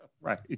Right